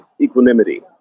equanimity